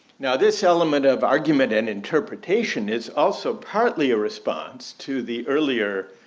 now, this element of argument and interpretation is also partly a response to the earlier